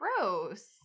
Gross